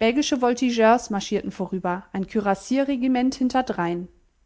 belgische voltigeurs marschierten vorüber ein kürassier regiment hinterdrein